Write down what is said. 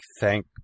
Thank